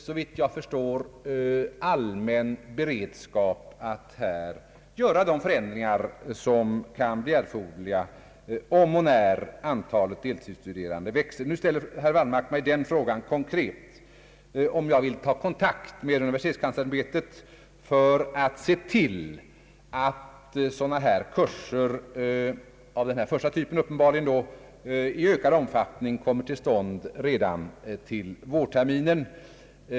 Såvitt jag förstår finns därför beredskap för att vidtaga de förändringar som kan bli erforderliga om och när antalet deltidsstuderande växer. Herr Wallmark ställer nu frågan om jag vill ta kontakt med universitetskanslersämbetet för att se till att kurser av den förstnämnda typen i ökad omfattning kommer till stånd redan till vårterminen.